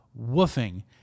woofing